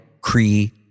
Cree